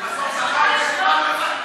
לא מצחיק.